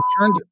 turned